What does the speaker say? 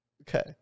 Okay